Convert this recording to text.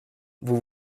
vous